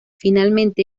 finalmente